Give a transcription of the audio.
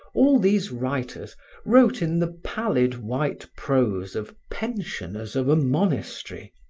all these writers wrote in the pallid white prose of pensioners of a monastery,